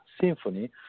symphony